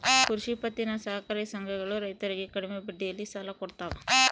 ಕೃಷಿ ಪತ್ತಿನ ಸಹಕಾರಿ ಸಂಘಗಳು ರೈತರಿಗೆ ಕಡಿಮೆ ಬಡ್ಡಿಯಲ್ಲಿ ಸಾಲ ಕೊಡ್ತಾವ